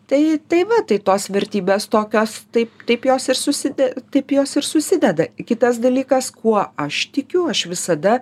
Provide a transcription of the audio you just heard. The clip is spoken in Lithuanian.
tai tai va tai tos vertybės tokios taip taip jos ir suside taip jos ir susideda kitas dalykas kuo aš tikiu aš visada